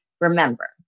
remember